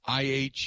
IH